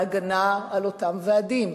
והגנה על אותם ועדים.